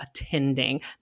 attending